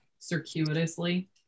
Circuitously